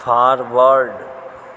forward